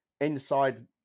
inside